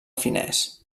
finès